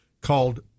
called